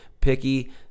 picky